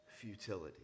futility